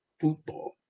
Football